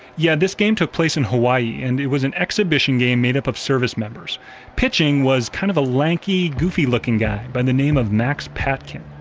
yeah, this game took place in hawaii and it was an exhibition game made up of service members pitching was kind of a lanky, goofy looking guy by the name of max patkin.